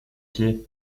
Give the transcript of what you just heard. pieds